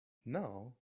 now